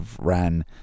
ran